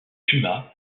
puma